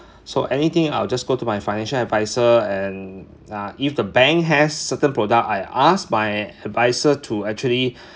so anything I'll just go to my financial adviser and uh if the bank has certain product I'll ask my adviser to actually